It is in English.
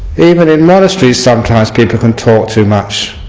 even in monasteries sometimes people can talk too much.